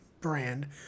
brand